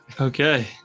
Okay